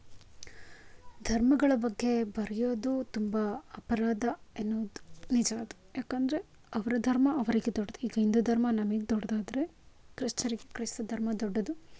ಧರ್ಮಗಳ ಬಗ್ಗೆ ಬರೆಯೋದು ತುಂಬ ಅಪರಾಧ ಎನ್ನುವುದು ನಿಜ ಅದು ಯಾಕಂದರೆ ಅವರ ಧರ್ಮ ಅವರಿಗೆ ದೊಡ್ಡದು ಈಗ ಹಿಂದೂ ಧರ್ಮ ನಮಗೆ ದೊಡ್ಡದಾದ್ರೆ ಕ್ರೈಸ್ತರಿಗೆ ಕ್ರೈಸ್ತ ಧರ್ಮ ದೊಡ್ಡದು